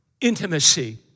intimacy